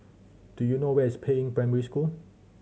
do you know where is Peiying Primary School